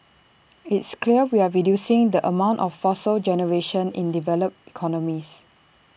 it's clear we're reducing the amount of fossil generation in developed economies